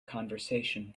conversation